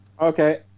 Okay